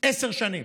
עשר שנים.